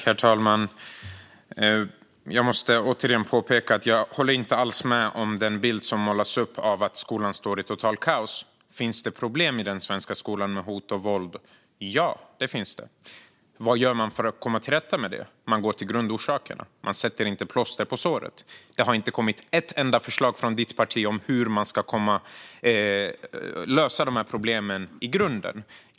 Herr talman! Jag måste återigen påpeka att jag inte alls håller med om den bild som målas upp av att skolan är i totalt kaos. Finns det problem med hot och våld i den svenska skolan? Ja, det finns det. Vad behöver man göra för att komma till rätta med det? Jo, man går till grundorsakerna i stället för att sätta plåster på såret. Det har inte kommit ett enda förslag från Kristina Axén Olins parti om hur man ska lösa de här problemen i grunden.